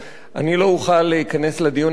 אני לא אוכל להיכנס לדיון ההיסטורי הזה.